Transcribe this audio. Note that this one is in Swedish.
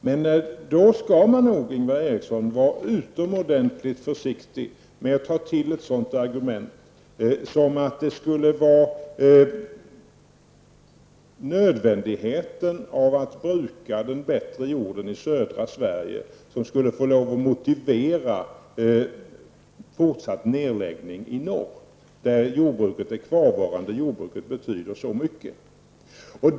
Men då skall man nog, Ingvar Eriksson, vara utomordentligt försiktig med att ta till argumentet att det skulle vara nödvändigheten av att bruka den bättre jorden i södra Sverige som skulle få lov att motivera fortsatt nedläggning i norr, där det kvarvarande jordbruket betyder så mycket.